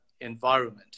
environment